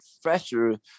fresher